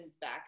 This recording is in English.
back